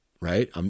right